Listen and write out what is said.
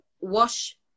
wash